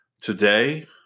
today